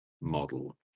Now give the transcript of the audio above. model